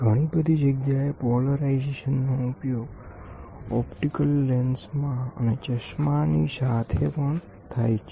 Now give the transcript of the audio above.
ઘણી બધી જગ્યાએ પોલેરાઇઝેસન નો ઉપયોગ ઓપ્ટિકલ લેન્સ માં અને ચશ્મા ની સાથે પણ થાય છે